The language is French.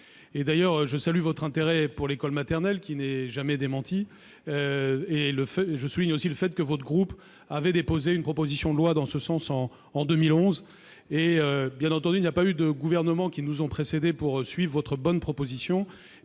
D'ailleurs, je salue votre intérêt pour l'école maternelle, qui n'est jamais démenti. Je souligne aussi le fait que votre groupe avait déposé une proposition de loi dans ce sens en 2011. Bien entendu, aucun des gouvernements précédents n'a suivi votre bonne proposition